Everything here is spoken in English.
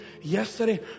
yesterday